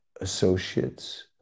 associates